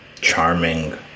charming